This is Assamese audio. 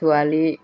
ছোৱালী